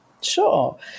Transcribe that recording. Sure